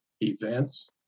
events